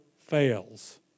fails